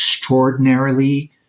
extraordinarily